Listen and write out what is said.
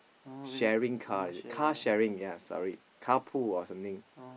sharing car is it car sharing ya sorry car pool or something